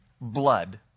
blood